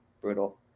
Brutal